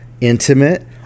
intimate